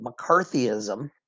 McCarthyism